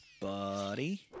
buddy